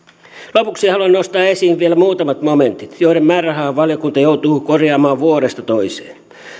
lopuksi haluan nostaa esiin vielä muutamat momentit joiden määrärahaa valiokunta joutuu korjaamaan vuodesta toiseen